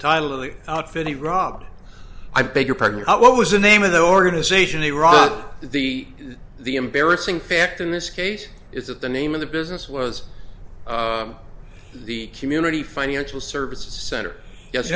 title of the outfit he robbed i beg your pardon what was the name of the organization iraq the the embarrassing fact in this case is that the name of the business was the community financial services center yes